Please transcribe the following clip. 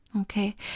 okay